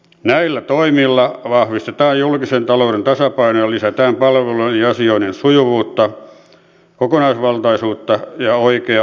näillä toimilla vahvistetaan julkisen talouden tasapainoa ja lisätään palveluiden ja asioiden sujuvuutta kokonaisvaltaisuutta ja oikea aikaisuutta